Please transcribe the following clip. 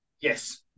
Yes